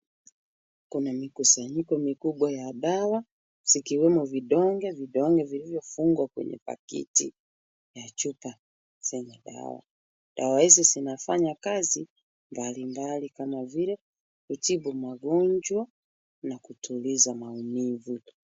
Kuna mikusanyiko mikubwa ya dawa, zikiwemo vidonge , vidonge vilivyofungwa kwenye pakiti ya chupa za madawa. Dawa hizi ,zinafanya kazi mbalimbali kama vile, kutibu magonjwa na kutuliza maumivu .